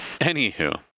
Anywho